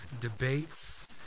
debates